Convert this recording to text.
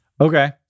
Okay